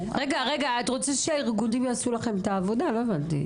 את רוצה שהארגונים יעשו לכם את העבודה לא הבנתי?